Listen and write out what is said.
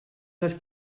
les